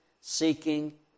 seeking